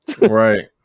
Right